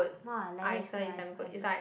!wah! like that is quite ya is quite good